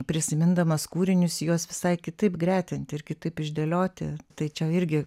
prisimindamas kūrinius juos visai kitaip gretinti ir kitaip išdėlioti tai čia irgi